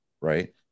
right